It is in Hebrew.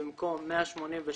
ובמקום "182%"